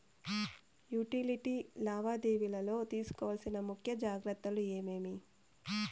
Utility లావాదేవీల లో తీసుకోవాల్సిన ముఖ్య జాగ్రత్తలు ఏమేమి?